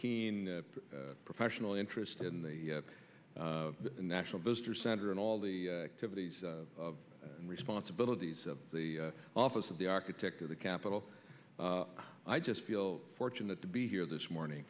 keen professional interest in the national visitor center and all the activities of responsibilities of the office of the architect of the capitol i just feel fortunate to be here this morning